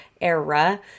era